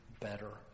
better